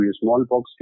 smallpox